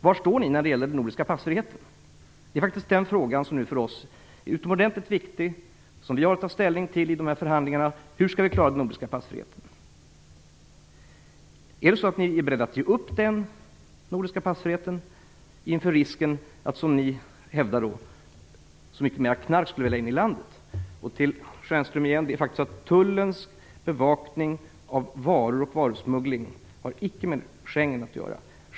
Var står ni när det gäller den nordiska passfriheten? Det är den frågan som nu för oss är utomordentligt viktig och som vi har att ta ställning till i dessa förhandlingar. Hur skall vi klara den nordiska passfriheten? Är ni beredda att ge upp den inför risken - som ni hävdar - att det skulle komma in så mycket mera knark i landet? Tullens bevakning av varor och varusmuggling har icke med Schengen att göra.